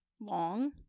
Long